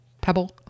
pebble